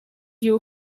you